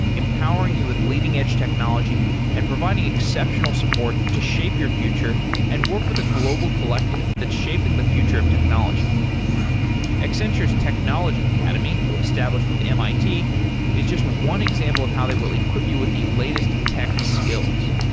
empowering you with leading-edge technology and providing exceptional support to shape your future and work with a global collective that's shaping the future of technology accenture's technology academy established with mit is just one example of how they will equip you with the latest tech skills.